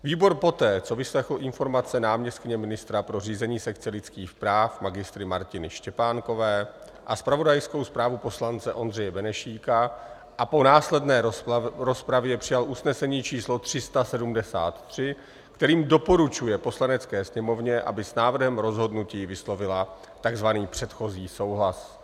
Výbor poté, co vyslechl informace náměstkyně ministra pro řízení sekce lidských práv Mgr. Martiny Štěpánkové, zpravodajskou zprávu poslance Ondřeje Benešíka a po následné rozpravě přijal usnesení číslo 373, kterým doporučuje Poslanecké sněmovně, aby s návrhem rozhodnutí vyslovila takzvaný předchozí souhlas.